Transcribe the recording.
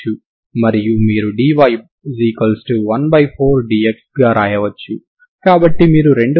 మరియు t 0 వద్ద మీరు రెండు ప్రారంభ షరతులను కలిగి ఉంటారు మరియు ఇక్కడ మీరు ఈ సరిహద్దు షరతు ∂u∂x|0